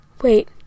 wait